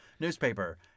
newspaper